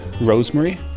rosemary